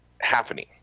happening